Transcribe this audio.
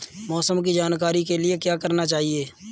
मौसम की जानकारी के लिए क्या करना चाहिए?